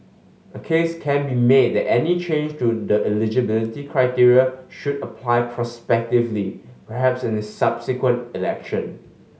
a case can be made that any change to the eligibility criteria should apply prospectively perhaps in the subsequent election